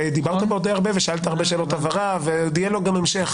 ודיברת בו די הרבה ושאלת הרבה שאלות הבהרה ועוד יהיה לו גם המשך.